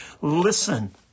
listen